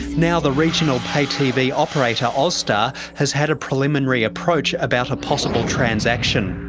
now the regional pay-tv operator, austar, has had a preliminary approach about a possible transaction.